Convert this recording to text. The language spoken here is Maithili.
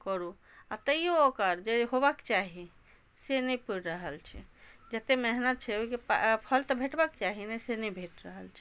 करू आओर तइओ ओकर जे होबाके चाही से नहि पुरि रहल छै जतेक मेहनत छै ओहिके फल तऽ भेटबाके चाही ने से नहि भेट रहल छै